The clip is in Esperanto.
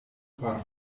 por